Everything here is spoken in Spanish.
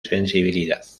sensibilidad